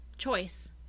choice